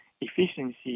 efficiency